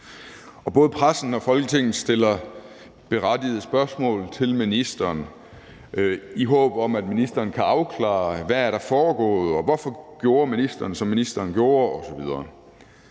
Og både pressen og Folketinget stiller berettigede spørgsmål til ministeren i håb om, at ministeren kan afklare, hvad der er foregået, og hvorfor ministeren gjorde, som ministeren gjorde osv.